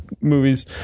movies